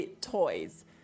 toys